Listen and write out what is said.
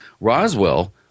Roswell